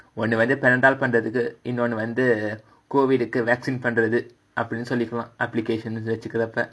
ஒன்னு வந்து:onnu vandhu penatal பண்றதுக்கு இன்னொன்னு வந்து:pandrathukku innonnu vandhu COVID கு:ku vaccine பண்றது அப்டினு சொல்லிக்கலாம்:pandrathu apdinu sollikalaam application வச்சிக்கிறப:vachikkirappa